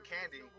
Candy